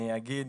אני אגיד